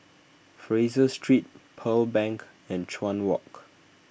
Fraser Street Pearl Bank and Chuan Walk